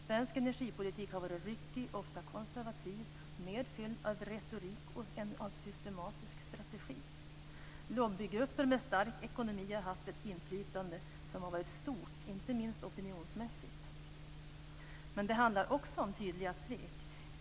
Svensk energipolitik har varit ryckig, ofta konservativ, mer fylld av retorik än av systematisk strategi. Lobbygrupper med stark ekonomi har haft ett inflytande som har varit stort, inte minst opinionsmässigt. Men det handlar också om tydliga svek.